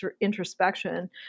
introspection